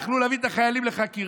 יכלו להביא את החיילים לחקירה.